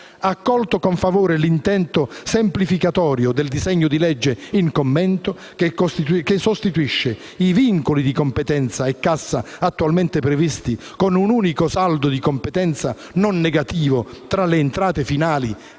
Accolto con favore l'intento semplificatorio del disegno di legge in commento che sostituisce i vincoli di competenza e cassa attualmente previsti con un unico saldo di competenza non negativo tra le entrate finali